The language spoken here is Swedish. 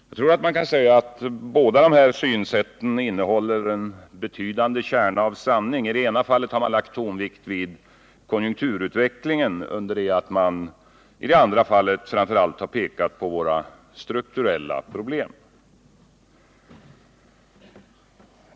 Jag tror att man kan säga att båda dessa synsätt innehåller en betydande kärna av sanning. I det ena fallet har man lagt tonvikt vid konjunkturutvecklingen, under det att man i det andra fallet framför allt har pekat på våra strukturella problem.